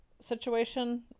situation